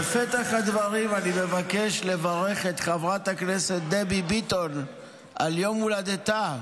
בפתח הדברים אני מבקש לברך את חברת הכנסת דבי ביטון על יום הולדתה,